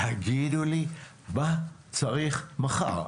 תגידו לי מה צריך מחר?